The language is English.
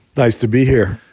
nice to be here.